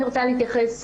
אני רוצה להתייחס,